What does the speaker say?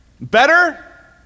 better